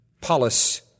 polis